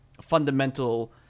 fundamental